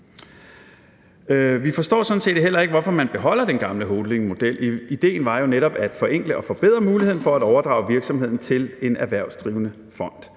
sådan set heller ikke, hvorfor man beholder den gamle holdingmodel. Idéen var jo netop at forenkle og forbedre muligheden for at overdrage virksomheden til en erhvervsdrivende fond,